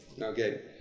Okay